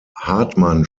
hartmann